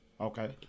Okay